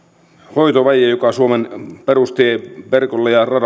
hoitovaje joka suomen perustieverkolle ja